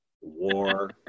war